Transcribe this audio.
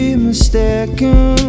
mistaken